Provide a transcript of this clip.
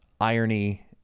irony